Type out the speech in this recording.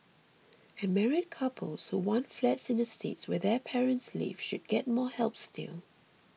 and married couples who want flats in estates where their parents live should get more help still